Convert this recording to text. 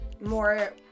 more